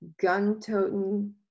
gun-toting